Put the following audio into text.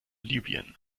libyen